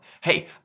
hey